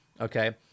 okay